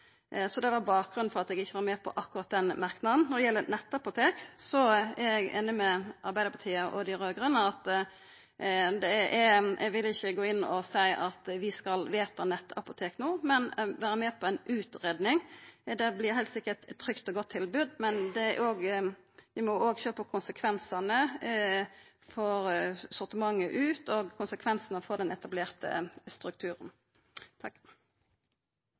Det er bakgrunnen for at eg ikkje er med på akkurat den merknaden. Når det gjeld nettapotek, er eg einig med Arbeidarpartiet og dei raud-grøne. Eg vil ikkje seia at vi skal vedta nettapotek no, men vi kan vera med på ei utgreiing. Det vert heilt sikkert eit trygt og godt tilbod, men vi må óg sjå på konsekvensane for både sortimentet og den etablerte strukturen.